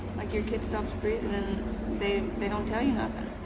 like your kid stops breathing, and they they don't tell you nothing.